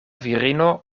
virino